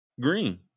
green